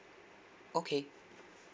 okay